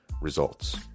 results